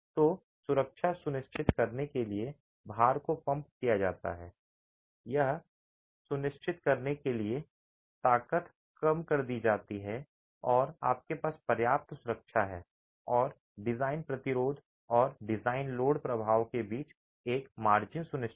तो सुरक्षा सुनिश्चित करने के लिए भार को पंप किया जाता है यह सुनिश्चित करने के लिए ताकत कम कर दी जाती है कि आपके पास पर्याप्त सुरक्षा है और डिज़ाइन प्रतिरोध और डिज़ाइन लोड प्रभाव के बीच एक मार्जिन सुनिश्चित है